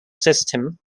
system